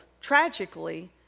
tragically